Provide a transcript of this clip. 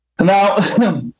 Now